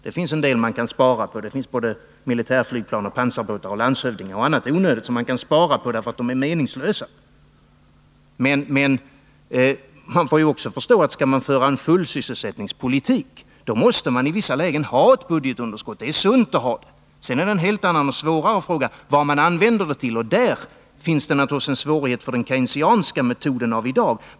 Det finns en del man kan spara på — det finns militärflygplan, pansarbåtar, landshövdingar och annat onödigt som man kan spara på därför att de är meningslösa. Men skall man föra en fullsysselsättningspolitik är det i vissa lägen sunt att ha ett budgetunderskott. Sedan är det en helt annan fråga vad man använder det till, och där finns det naturligtvis en svårighet för den Keynesianska metoden av i dag.